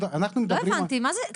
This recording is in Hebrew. לא הבנתי, מה זה 'כפי סיכמנו'.